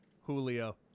Julio